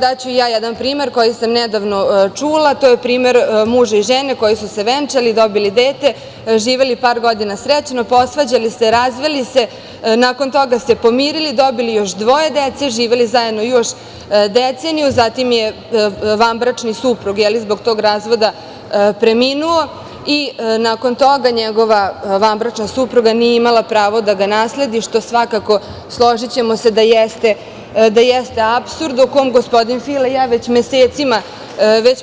Daću jedan primer koji sam nedavno čula, to je primer muža i žene koji su se venčali, dobili dete, živeli par godina srećno, posvađali se, razveli se, nakon toga se pomirili, dobili još dvoje dece, živeli zajedno još deceniju, zatim je vanbračni suprug preminuo i nakon toga njegova vanbračna supruga nije imala pravo da ga nasledi, što svakako složićemo se da jeste apsurd o kome gospodin Fila i ja već